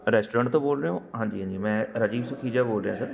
restaurant ਤੋਂ ਬੋਲ ਰਹੇ ਹੋ ਹਾਂਜੀ ਹਾਂਜੀ ਮੈਂ ਰਾਜੀਵ ਸੁਖੀਜਾ ਬੋਲ ਰਿਹਾ ਸਰ